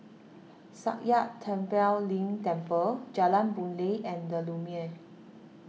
Sakya Tenphel Ling Temple Jalan Boon Lay and the Lumiere